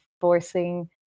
forcing